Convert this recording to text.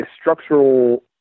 structural